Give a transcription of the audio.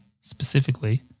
specifically